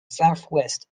southwest